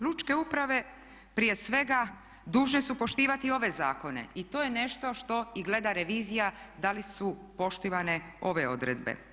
Lučke uprave prije svega dužne su poštivati ove zakone i to je nešto što gleda revizija da li su poštivane ove odredbe.